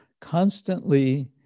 constantly